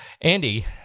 Andy